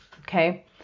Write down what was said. okay